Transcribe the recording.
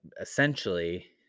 essentially